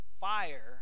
Fire